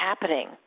happening